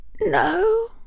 No